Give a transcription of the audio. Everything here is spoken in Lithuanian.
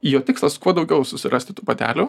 jo tikslas kuo daugiau susirasti tų patelių